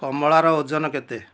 କମଳାର ଓଜନ କେତେ